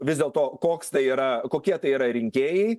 vis dėlto koks tai yra kokie tai yra rinkėjai